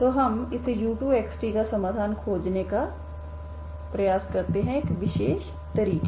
तो हम इससे u2x t का समाधान खोजने का प्रयास करते हैं एक विशेष तरीके